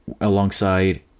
alongside